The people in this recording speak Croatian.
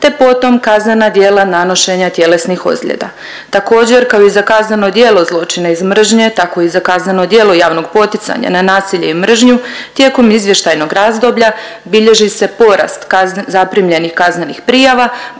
te potom kaznena djela nanošenja tjelesnih ozljeda. Također kao i za kazneno djelo zločina iz mržnje tako i za kazneno djelo javnog poticanja na nasilje i mržnju tijekom izvještajnog razdoblja bilježe se porast ka… zaprimljenih kaznenih prijava